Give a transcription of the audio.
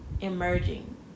emerging